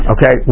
Okay